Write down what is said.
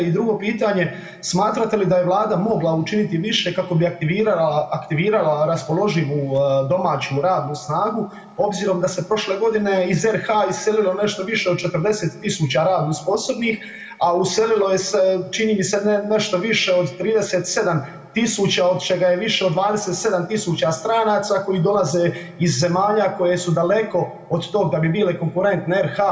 I drugo pitanje, smatrate li da je vlada mogla učiniti više kako bi aktivirala, aktivirala raspoloživu domaću radnu snagu obzirom da se prošle godine iz RH iselilo nešto više od 40 000 radno sposobnih, a uselilo je se, čini mi se nešto više od 37000 od čega je više od 27000 stranaca koji dolaze iz zemalja koje su daleko od tog da bi bile konkurentne RH.